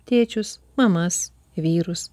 tėčius mamas vyrus